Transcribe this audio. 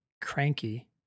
cranky